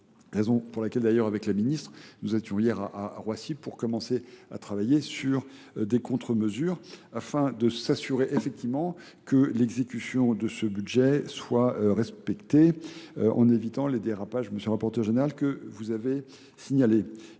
raison pour laquelle d'ailleurs avec la ministre nous étions hier à Roissy pour commencer à travailler sur des contre-mesures afin de s'assurer effectivement que l'exécution de ce budget soit respectée en évitant les dérapages, monsieur le rapporteur général, que vous avez signalé.